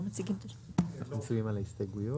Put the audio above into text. מצביעים על ההסתייגויות.